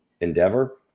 endeavor